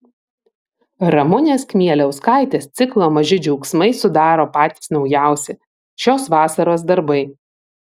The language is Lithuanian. ramunės kmieliauskaitės ciklą maži džiaugsmai sudaro patys naujausi šios vasaros darbai